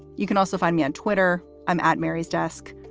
you can also find me on twitter. i'm at mary's desk.